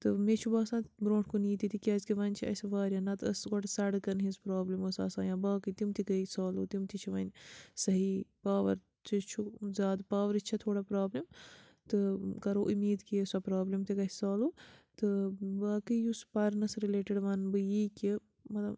تہٕ مےٚ چھُ باسان برٛونٛٹھ کُن یی تہِ تہِ کیٛازِکہِ وۄنۍ چھِ اسہِ واریاہ نَہ تہٕ ٲس گۄڈٕ سَڑکَن ہنٛز پرٛابلِم ٲس آسان یا باقٕے تِم تہِ گٔے سالوٗ تِم تہِ چھِ وۄنۍ صحیٖح پاوَر تہِ چھُ زیادٕ پاورٕچۍ چھِ تھوڑا پرٛابلِم تہٕ کَرو امید کہِ سۄ پرٛابلِم تہِ گژھہِ سالوٗ تہٕ باقٕے یُس پَرنَس رِلیٹِڈ وَنہٕ بہٕ یی کہِ مطلب